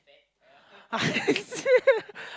I see